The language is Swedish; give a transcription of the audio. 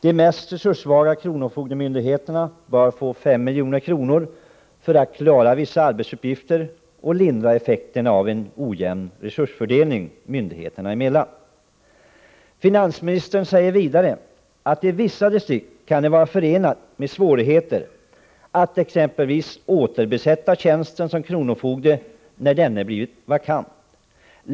De mest resurssvaga kronofogdemyndigheterna bör få 5 milj.kr. för att klara vissa arbetsuppgifter och lindra effekterna av en ojämn resursfördelning myndigheterna emellan. Finansministern säger vidare att det i vissa distrikt kan vara förenat med svårigheter att exempelvis återbesätta tjänsten som kronofogde när den blivit vakant.